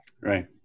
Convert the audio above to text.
right